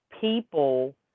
people